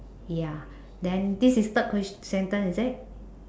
ya then this is third questi~ sentence is it